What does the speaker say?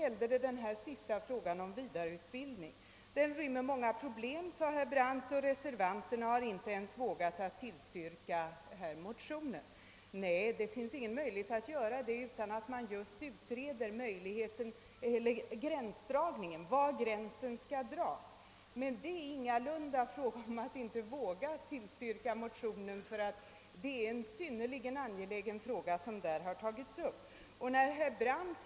Herr Brandt sade också, att frågan om vidareutbildning rymmer många problem och att inte ens reservanterna vågar tillstyrka motionen i den frågan. Det finns nu ingen möjlighet att göra det utan att frågan om gränsdragningen först har utretts. Det är emellertid en synnerligen angelägen fråga som tagits upp i motionen.